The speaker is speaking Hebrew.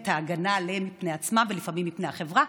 את ההגנה עליהם מפני עצמם ולפעמים מפני החברה,